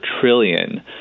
trillion